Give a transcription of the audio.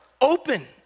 open